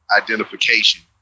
identification